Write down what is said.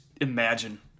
imagine